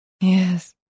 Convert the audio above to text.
Yes